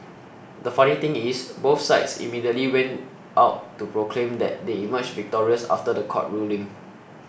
the funny thing is both sides immediately went out to proclaim that they emerged victorious after the court ruling